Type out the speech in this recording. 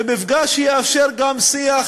ומפגש יאפשר גם שיח,